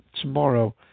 Tomorrow